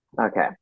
Okay